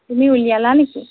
তুমি উলিয়ালা নেকি